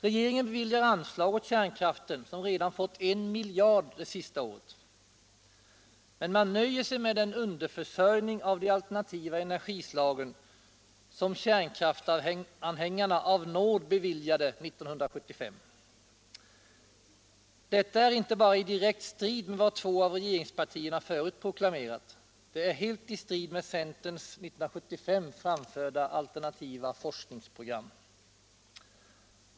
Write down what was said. Regeringen beviljar anslag åt kärnkraften, som redan fått 1 miljard kr. det senaste året. Men man nöjer sig med den underförsörjning av de alternativa energislagen som kärnkraftsanhängarna av nåder beviljade 1975. Detta är inte bara i direkt strid med vad två av regeringspartierna förut proklamerat. Det är helt i strid med centerns 1975 framförda alternativa forskningsprogram.